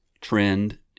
trend